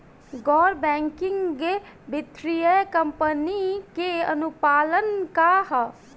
गैर बैंकिंग वित्तीय कंपनी के अनुपालन का ह?